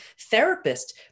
therapist